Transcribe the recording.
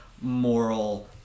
moral